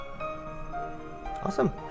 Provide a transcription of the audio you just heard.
awesome